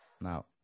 Now